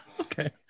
Okay